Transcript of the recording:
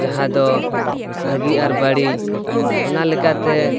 ᱡᱟᱦᱟᱸ ᱫᱚ ᱵᱷᱟᱜᱮ ᱟᱨ ᱵᱟᱹᱲᱤᱡ ᱚᱱᱟᱞᱮᱠᱟᱛᱮ